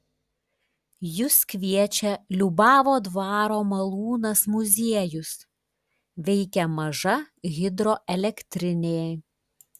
jus kviečia liubavo dvaro malūnas muziejus veikia maža hidroelektrinė